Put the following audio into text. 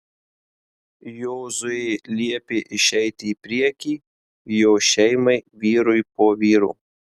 jozuė liepė išeiti į priekį jo šeimai vyrui po vyro